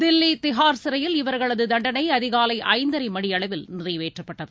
தில்லி திகார் சிறையில் இவர்களது தண்டனை அதிகாலை மணியளவில் ஐந்தரை நிறைவேற்றப்பட்டது